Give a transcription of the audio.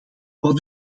wat